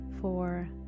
Four